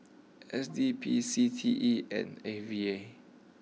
S D P C T E and A V A